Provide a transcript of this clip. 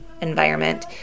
environment